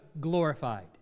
glorified